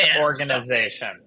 organization